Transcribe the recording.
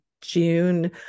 June